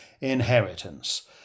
inheritance